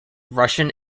russian